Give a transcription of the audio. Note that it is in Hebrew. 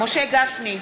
משה גפני,